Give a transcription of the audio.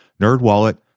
NerdWallet